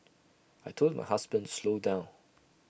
I Told my husband to slow down